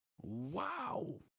Wow